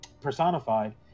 personified